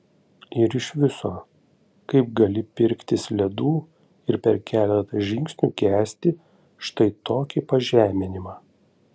ir iš viso kaip gali pirktis ledų ir per keletą žingsnių kęsti štai tokį pažeminimą